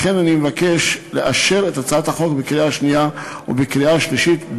לכן אני מבקש כי הכנסת תאשר אותה בקריאה שנייה ובקריאה שלישית,